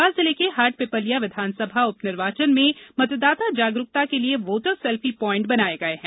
देवास जिले के हाट पिपल्या विधानयसभा उपनिर्वाचन में मतदाता जागरूकता के लिए बोटर सेल्फी पावइंट बनाये गये हैं